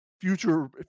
future